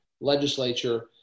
legislature